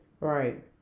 Right